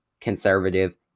conservative